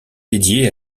dédiée